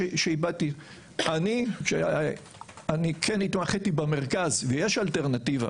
טל זילברמן אני דיברתי על ההיסטוריה